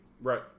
Right